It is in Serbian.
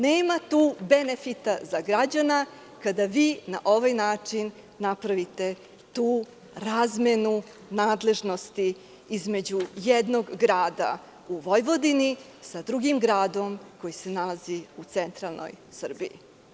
Nema tu benefita za građana kada vi na ovaj način napravite tu razmenu nadležnosti između jednog grada u Vojvodini sa drugim gradom koji se nalazi u centralnoj Srbiji.